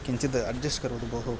किञ्चित् अड्जस्ट् करोतु भोः